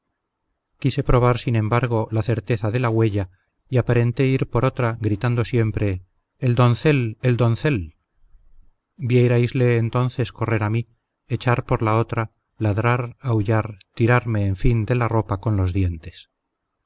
quise probar sin embargo la certeza de la huella y aparenté ir por otra gritando siempre el doncel el doncel viéraisle entonces correr a mí echar por la otra ladrar aullar tirarme en fin de la ropa con los dientes